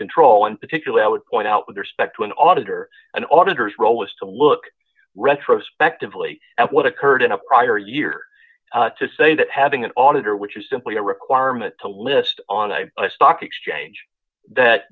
control in particular i would point out with respect to an auditor and auditors role is to look retrospectively at what occurred in a prior year to say that having an auditor which is simply a requirement to list on a stock exchange that